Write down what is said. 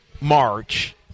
March